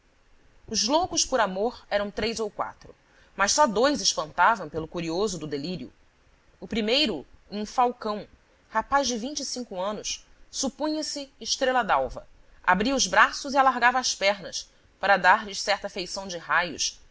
os loucos por amor eram três ou quatro mas só dois espantavam pelo curioso do delírio o primeiro um falcão rapaz de vinte e cinco anos supunha se estrela dalva abria os braços e alargava as pernas para dar-lhes certa feição de raios